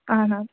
اَہَن حظ